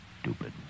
stupid